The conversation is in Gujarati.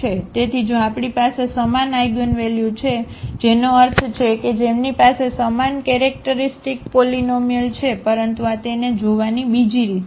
તેથી જો આપણી પાસે સમાન આઇગનવલ્યુ છે જેનો અર્થ છે કે તેમની પાસે સમાન કેરેક્ટરિસ્ટિક પોલીનોમિઅલ છે પરંતુ આ તેને જોવાની બીજી રીત છે